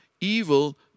evil